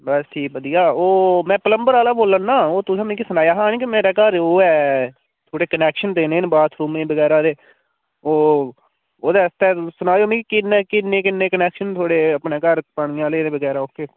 बस ठीक बधिया ओह् में प्लंबर आह्ला बोल्ला ना ओह् तुसें मिगी सनाया हा ना कि मेरे घर ओह् ऐ थोह्ड़े कनैक्शन देने न बाथरूम बगैरा ते ओह् ओह्दे आस्तै तुस सनाएओ मिगी किन्ने किन्ने किन्ने कनैक्शन थुआढ़े घर पानी आह्ले बगैरा ओह्के